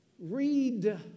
Read